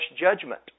judgment